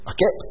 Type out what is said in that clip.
Okay